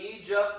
Egypt